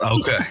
Okay